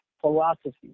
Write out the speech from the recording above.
philosophy